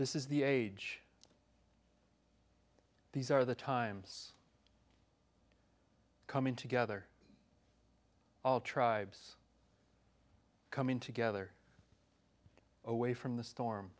this is the age these are the times coming together all tribes coming together away from the storm